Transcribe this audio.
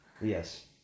Yes